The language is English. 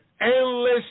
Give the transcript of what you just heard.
endless